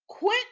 Quit